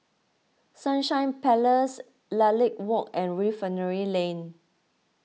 Sunshine Place Lilac Walk and Refinery Lane